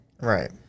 Right